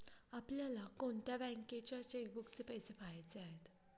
आपल्याला कोणत्या बँकेच्या चेकबुकचे पैसे पहायचे आहे?